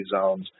zones